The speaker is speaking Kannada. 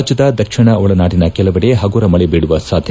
ರಾಜ್ಯದ ದಕ್ಷಿಣ ಒಳನಾಡಿನ ಕೆಲವೆಡ ಪಗುರು ಮಳೆ ಬೀಳುವ ಸಾಧ್ಯತೆ